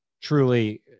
truly